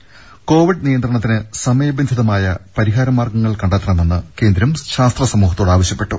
ം കോവിഡ് നിയന്ത്രണത്തിന് സമയബന്ധിതമായ പരിഹാര മാർഗ്ഗങ്ങൾ കണ്ടെത്തണമെന്ന് കേന്ദ്രം ശാസ്ത്ര സമൂഹത്തോട് ആവശ്യപ്പെട്ടു